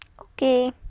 Okay